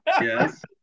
Yes